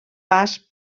pas